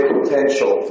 potential